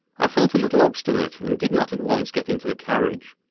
i felt a little obstinate and did not at once get into the carriage.